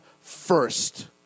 first